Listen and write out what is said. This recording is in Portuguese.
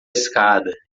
escada